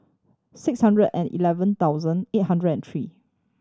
six hundred and eleven thousand eight hundred and three